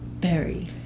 berry